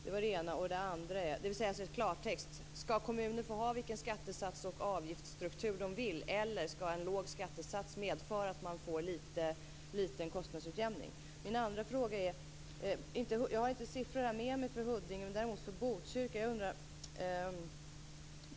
Eller i klartext: Skall kommuner få ha vilken skattesats och avgiftsstruktur de vill eller skall en låg skattesats medföra att man får liten kostnadsutjämning? Sedan har jag en andra fråga. Jag har inte med mig några siffror för Huddinge men däremot för Botkyrka.